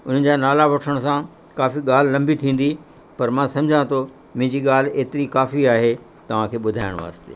उन्हनि जा नाला वठण सां काफ़ी ॻाल्हि लंबी थींदी पर मां सम्झा थो मुंहिंजी ॻाल्हि एतिरी काफ़ी आहे तव्हांखे ॿुधाइणु वास्ते